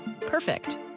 Perfect